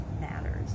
matters